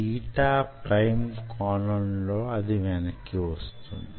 theta prime కోణంలో అది వెనక్కి వస్తుంది